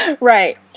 Right